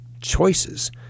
choices